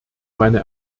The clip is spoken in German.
meine